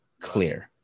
clear